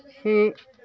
हे